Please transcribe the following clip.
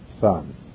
son